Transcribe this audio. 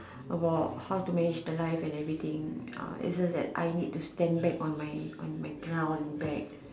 about how to manage the life and everything it's just that I need to stand back on my on my ground back